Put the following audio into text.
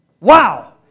Wow